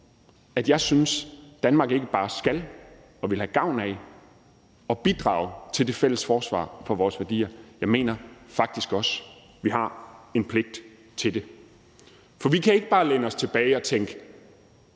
tvivl om, at Danmark ikke bare skal og vil have gavn af at bidrage til det fælles forsvar for vores værdier. Jeg mener faktisk også, vi har en pligt til det. For vi kan ikke bare læne os tilbage og tænke: